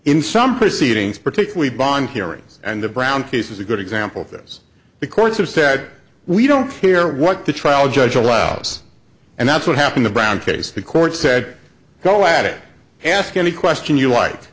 in some proceedings particularly bond hearings and the brown case is a good example of this the courts have said we don't hear what the trial judge allows and that's what happened the brown case the court said go at it ask any question you